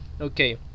Okay